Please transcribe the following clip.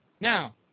Now